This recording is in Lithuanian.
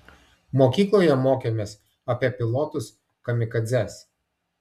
mokykloje mokėmės apie pilotus kamikadzes